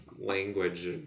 language